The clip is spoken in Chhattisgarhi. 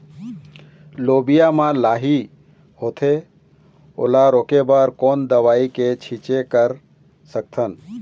लोबिया मा लाही होथे ओला रोके बर कोन दवई के छीचें कर सकथन?